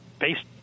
based